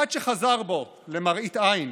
עד שחזר בו למראית עין